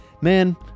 Man